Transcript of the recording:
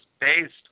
based